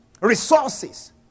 resources